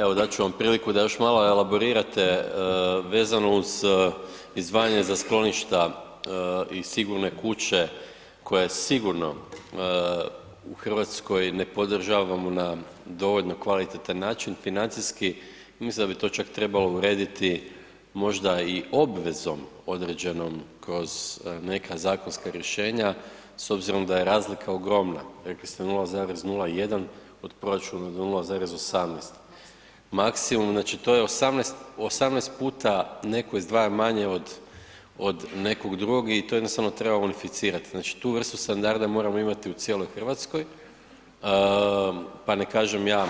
Evo dati ću vam priliku da još malo elaborirate vezano uz izdvajanje za skloništa i sigurne kuće koju sigurno u Hrvatskoj ne podržavamo na dovoljno kvalitetan način financijski, mislim da bi to čak trebalo urediti možda i obvezom određenom kroz neka zakonska rješenja s obzirom da je razlika ogromna, rekli ste 0,01 od proračuna do 0,18 maksimum znači to je 18, 18 puta neko izdvaja manje od, od nekog drugog i to jednostavno treba unificirat, znači tu vrstu standarda moramo imati u cijeloj RH, pa ne kažem ja